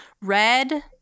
red